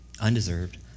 undeserved